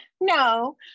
No